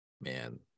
Man